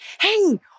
Hey